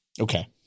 Okay